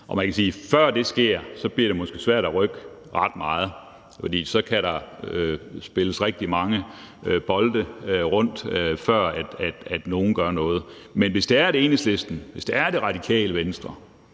dagsorden. Før det sker, bliver det måske svært at rykke ret meget, for så kan der spilles rigtig mange bolde rundt, før nogen gør noget. Men hvis Enhedslisten, hvis Radikale Venstre